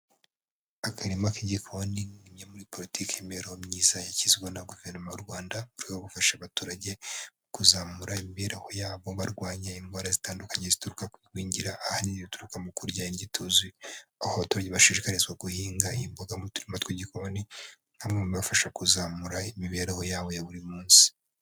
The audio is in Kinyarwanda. Akarima k'igiko ni imwe muri poritiki y' imibereho myiza yashyizweho na Guverinoma y'u Rwandaka, mu rwego rwo gufasha abaturage mu kuzamura imibereho yabo barwanya indwara zitandukanye zituruka ku kugwingira, ahanini bituruka mu kurya iryo ituzuye. Aho abaturage bashikarizwa guhinga imboga mu turima tw'igikoni, hamwe mu bibafasha kuzamura imibereho yabo ya buri munsi.